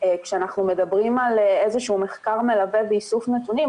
כשאנחנו מדברים על איזה שהוא מחקר מלווה ואיסוף נתונים,